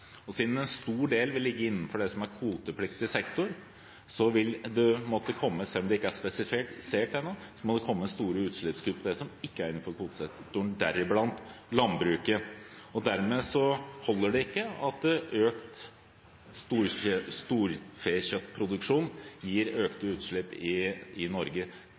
Siden en stor del vil ligge innenfor det som er kvotepliktig sektor, vil det, selv om det ikke er spesifisert ennå, måtte komme store utslippskutt på det som ikke er innenfor kvotesektoren, deriblant landbruket. Dermed holder det ikke at økt storfekjøttproduksjon gir økte utslipp i Norge.